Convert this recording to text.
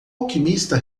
alquimista